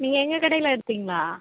நீங்கள் எங்கள் கடையில் எடுத்தீங்களா